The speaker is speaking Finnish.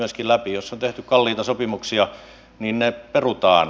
jos on tehty kalliita sopimuksia niin ne perutaan